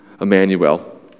Emmanuel